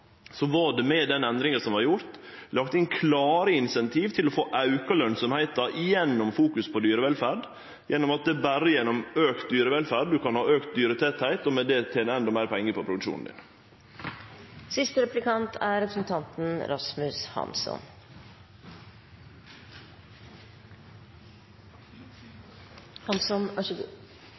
var det med den endringa som vart gjord, lagt inn klare incentiv til å få auka lønsemda gjennom å fokusere på dyrevelferd – at det berre er gjennom auka dyrevelferd ein kan ha auka dyretettleik – og med det tene endå meir pengar på produksjonen sin. Problemet med denne debatten er